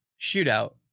shootout